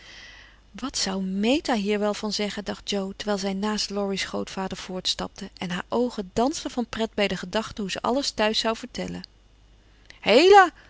wat zou meta hier wel van zeggen dacht jo terwijl zij naast laurie's grootvader voortstapte en haar oogen dansten van pret bij de gedachte hoe ze alles thuis zou vertellen heila